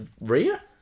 rear